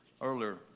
earlier